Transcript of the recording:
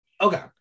Okay